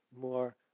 more